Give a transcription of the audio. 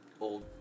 old